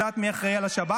את יודעת מי אחראי לשב"כ?